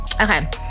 Okay